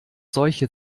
solche